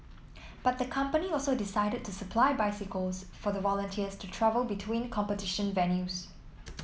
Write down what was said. but the company also decided to supply bicycles for the volunteers to travel between competition venues